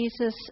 Jesus